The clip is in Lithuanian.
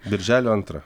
birželio antrą